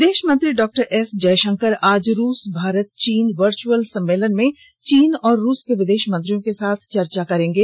विदेश मंत्री doctor S Jaishankar आज रूस भारत चीन वर्च्अल सम्मेलन में चीन और रूस के विदेश मंत्रियों के साथ चर्चा करेंगे